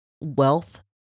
wealth